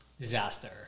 disaster